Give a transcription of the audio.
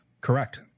Correct